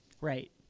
Right